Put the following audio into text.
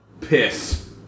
Piss